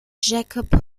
jacob